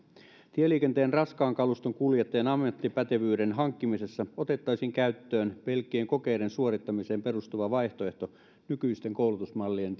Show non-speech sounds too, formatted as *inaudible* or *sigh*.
tieliikenteen raskaan kaluston kuljettajan ammattipätevyyden hankkimisessa otettaisiin käyttöön pelkkien kokeiden suorittamiseen perustuva vaihtoehto nykyisten koulutusmallien *unintelligible*